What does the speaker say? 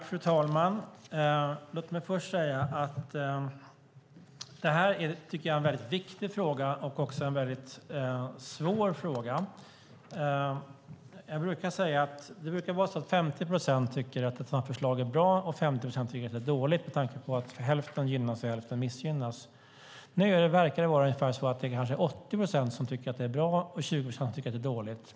Fru talman! Låt mig först säga att det här är en viktig och svår fråga. Det brukar vara så att 50 procent tycker att ett sådant förslag är bra och 50 procent tycker att det är dåligt med tanke på att hälften gynnas och hälften missgynnas. Nu verkar det vara 80 procent som tycker att förslaget är bra och 20 procent tycker att det är dåligt.